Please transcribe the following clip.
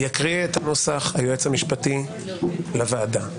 את הנוסח יקריא היועץ המשפטי לוועדה,